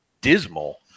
dismal